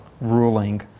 ruling